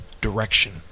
direction